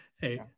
hey